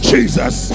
Jesus